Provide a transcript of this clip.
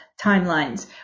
timelines